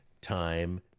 time